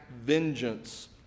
vengeance